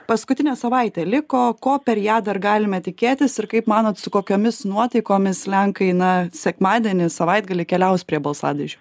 paskutinė savaitė liko ko per ją dar galime tikėtis ir kaip manot su kokiomis nuotaikomis lenkai na sekmadienį savaitgalį keliaus prie balsadėžių